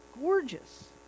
gorgeous